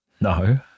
No